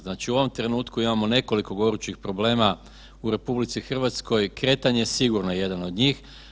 Znači u ovom trenutku imamo nekoliko gorućih problema u RH i kretanje je sigurno jedan od njih.